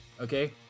okay